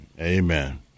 Amen